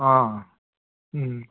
अँ उम्